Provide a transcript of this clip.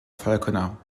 falconer